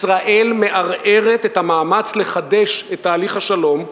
ישראל מערערת את המאמץ לחדש את תהליך השלום.